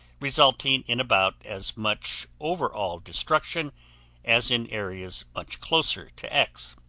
resulting in about as much over-all destruction as in areas much closer to x.